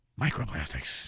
microplastics